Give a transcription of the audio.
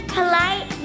polite